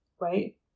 right